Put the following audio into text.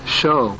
show